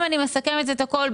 אם אני מסכמת את הכול,